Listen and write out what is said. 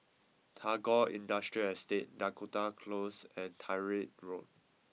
Tagore Industrial Estate Dakota Close and Tyrwhitt Road